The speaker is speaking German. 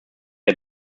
der